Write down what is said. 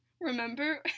Remember